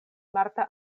marta